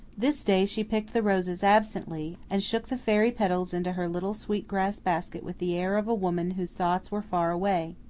this day she picked the roses absently, and shook the fairy petals into her little sweet-grass basket with the air of a woman whose thoughts were far away.